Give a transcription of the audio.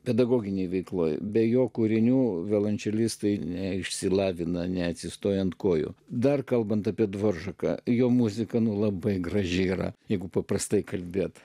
pedagoginėje veikloje be jo kūrinių violončelistai ne išsilavina neatsistoja ant kojų dar kalbant apie dvoržaką jo muzika labai graži yra jeigu paprastai kalbėti